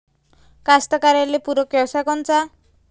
कास्तकाराइले पूरक व्यवसाय कोनचा?